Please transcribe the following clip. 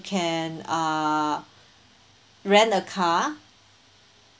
can uh rent a car